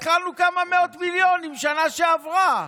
התחלנו בכמה מאות מיליונים בשנה שעברה.